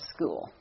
school